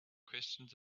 questions